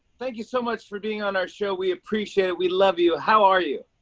thank you so much for being on our show. we appreciate it. we love you. how are you?